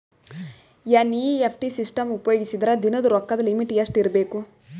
NEFT system ಉಪಯೋಗಿಸಿದರ ದಿನದ ರೊಕ್ಕದ ಲಿಮಿಟ್ ಎಷ್ಟ ಇರಬೇಕು?